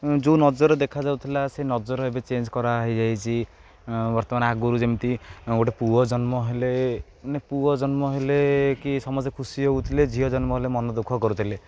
ଯେଉଁ ନଜରରେ ଦେଖାଯାଉଥିଲା ସେ ନଜର ଏବେ ଚେଞ୍ଜ କରା ହେଇଯାଇଛି ବର୍ତ୍ତମାନ ଆଗରୁ ଯେମିତି ଗୋଟେ ପୁଅ ଜନ୍ମ ହେଲେ ମାନେ ପୁଅ ଜନ୍ମ ହେଲେ କି ସମସ୍ତେ ଖୁସି ହଉଥିଲେ ଝିଅ ଜନ୍ମ ହେଲେ ମନ ଦୁଃଖ କରୁଥିଲେ